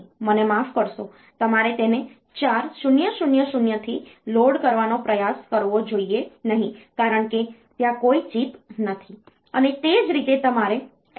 મને માફ કરશો તમારે તેને 4000 થી લોડ કરવાનો પ્રયાસ કરવો જોઈએ નહીં કારણ કે ત્યાં કોઈ ચિપ નથી